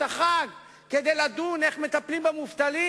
החג כדי לדון בשאלה איך מטפלים במובטלים,